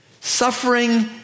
suffering